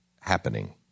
happening